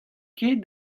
ket